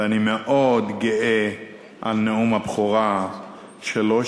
ואני מאוד גאה על נאום הבכורה שלו,